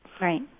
Right